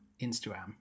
instagram